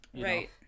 right